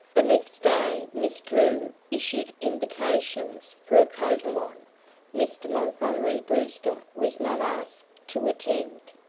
the next day miss drew issued invitations for a cotillon. mr. montgomery brewster was not asked to attend.